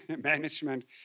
management